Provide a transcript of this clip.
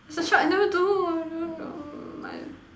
it's the truth I never do